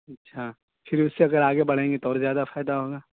اچھا پھر اس سے اگر آگے بڑھیں گے تو اور زیادہ فائدہ ہوگا